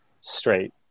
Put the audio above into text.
straight